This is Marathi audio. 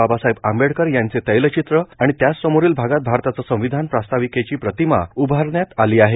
बाबासाहेब आंबेडकर यांचे तैलचित्र आणि त्याचसमोरील भागात भारताचं संविधान प्रास्ताविकेची प्रतिमा उभारण्यात आली आहे